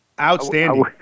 outstanding